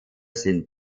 sind